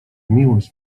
miłość